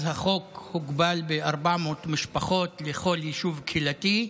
אז החוק הוגבל ב-400 משפחות לכל יישוב קהילתי.